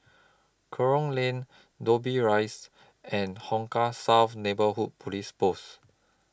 Kerong Lane Dobbie Rise and Hong Kah South Neighbourhood Police Post